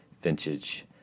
vintage